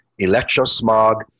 electrosmog